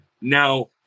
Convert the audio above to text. Now